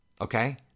okay